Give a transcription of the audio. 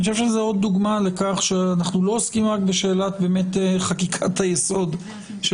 אני חושב שזו עוד דוגמה לכך שאנחנו לא עוסקים רק בשאלת חקיקת היסוד של